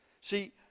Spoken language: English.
See